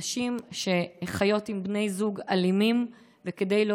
נשים שחיות עם בני זוג אלימים וכדי לא